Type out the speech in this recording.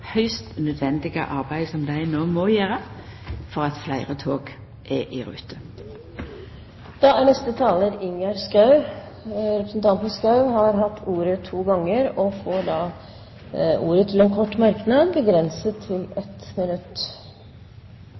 høgst nødvendige arbeidet som dei no må gjera for at fleire tog er i rute. Ingjerd Schou har hatt ordet to ganger i debatten og får ordet til en kort merknad, begrenset til